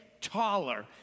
taller